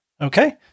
okay